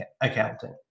accountant